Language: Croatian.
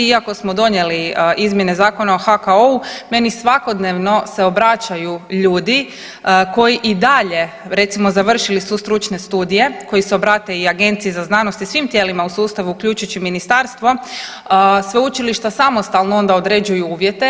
Iako smo donijeli izmjene Zakona o HKO-u meni svakodnevno se obraćaju ljudi koji i dalje recimo završili su stručne studije, koji se obrate i Agenciji za znanost i svim tijelima u sustavu uključujući ministarstvo sveučilišta onda samostalno određuju uvjete.